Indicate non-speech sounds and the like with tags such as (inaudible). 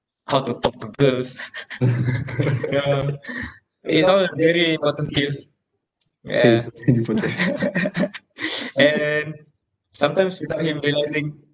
how to talk to girls (laughs) you know eh that [one] is very important to use yeah (laughs) and sometimes without him realising